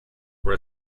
were